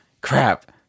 crap